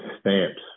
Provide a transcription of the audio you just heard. stamps